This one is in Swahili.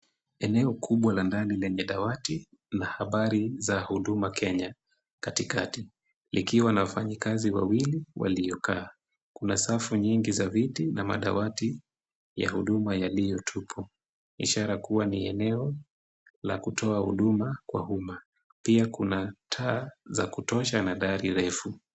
Eneo kubwa la ndani lenye dawati na habari za Huduma Kenya katikati likiwa na wafanyikazi wawili waliokaa. Kuna safu nyingi za viti na madawati ya huduma yaliyo tupu. Ishara kuwa ni eneo la kutoa huduma kwa umma. Pia kuna taa za kutosha na dari refu.